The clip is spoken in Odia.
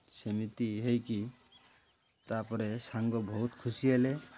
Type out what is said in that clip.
ସେମିତି ହୋଇକି ତା'ପରେ ସାଙ୍ଗ ବହୁତ ଖୁସି ହେଲେ